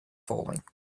falling